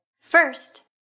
first